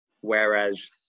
Whereas